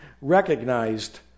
recognized